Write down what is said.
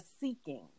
seeking